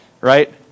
right